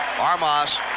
Armas